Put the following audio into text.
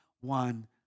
one